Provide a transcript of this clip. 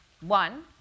one